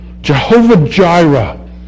Jehovah-Jireh